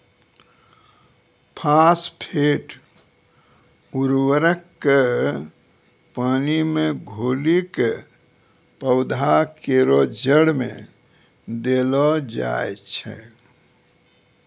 phosphate उर्वरक क पानी मे घोली कॅ पौधा केरो जड़ में देलो जाय छै